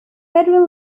federal